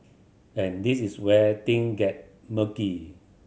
and this is where thing get murky